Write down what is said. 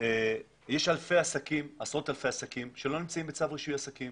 יש עשרות אלפי עסקים שלא נמצאים בצו רישוי עסקים